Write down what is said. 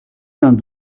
vingt